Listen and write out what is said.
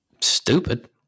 stupid